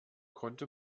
konnte